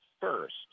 FIRST